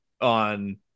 on